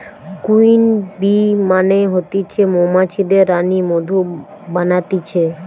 queen bee মানে হতিছে মৌমাছিদের রানী মধু বানাতিছে